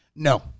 no